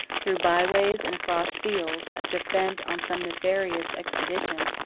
through byways and across fields, as if bent on some nefarious expedition,